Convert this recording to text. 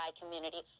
community